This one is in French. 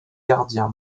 gardien